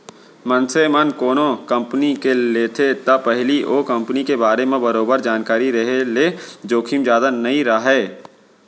मनसे मन कोनो कंपनी के लेथे त पहिली ओ कंपनी के बारे म बरोबर जानकारी रेहे ले जोखिम जादा नइ राहय